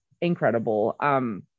incredible